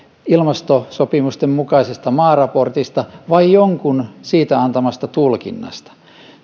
ilmastosopimuksen mukaisesta maaraportista vai jonkun siitä antamasta tulkinnasta